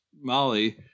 molly